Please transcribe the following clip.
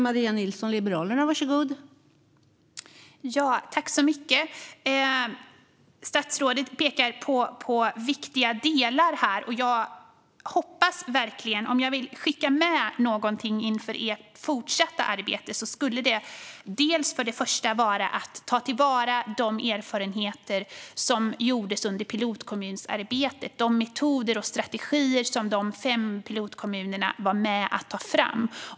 Fru talman! Statsrådet pekar på viktiga delar här. Jag vill skicka med någonting inför ert fortsatta arbete. Det första är: Ta till vara de erfarenheter som gjordes under pilotkommunsarbetet! Det gäller de metoder och strategier som de fem pilotkommunerna var med och tog fram.